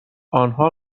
آنها